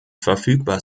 verfügbar